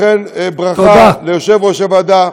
לכן, ברכה ליושב-ראש הוועדה,